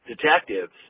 detectives